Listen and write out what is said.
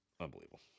unbelievable